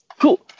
Cool